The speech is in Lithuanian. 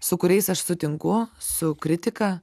su kuriais aš sutinku su kritika